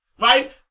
Right